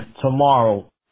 tomorrow